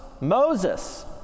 Moses